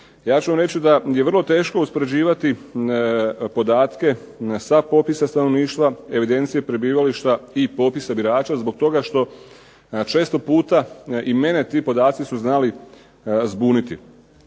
Ja ću vam reći da je vrlo teško uspoređivati podatke sa popisa stanovništva, evidencije prebivališta i popisa birača zbog toga što često puta i mene ti podaci su znali zbuniti.